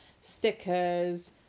stickers